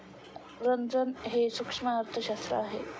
रंजन हे सूक्ष्म अर्थशास्त्रज्ञ आहेत